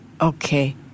Okay